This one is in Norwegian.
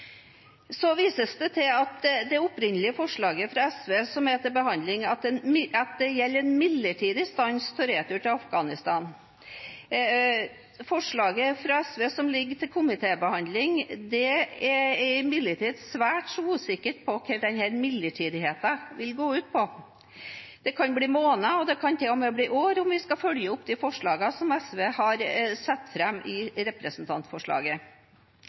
Så vises det til at det opprinnelige forslaget fra SV som er til behandling, gjelder en midlertidig stans av retur til Afghanistan. I forslaget fra SV som ligger til komitébehandling, er det imidlertid svært usikkert hva denne midlertidigheten vil gå ut på. Det kan bli måneder og det kan til og med bli år om vi skal følge opp de forslagene som SV har satt fram i representantforslaget.